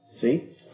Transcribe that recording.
See